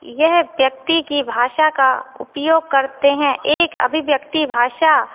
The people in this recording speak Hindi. यह व्यक्ति की भाषा का उपयोग करते हैं एक अभिव्यक्ति भाषा